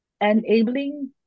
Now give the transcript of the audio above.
enabling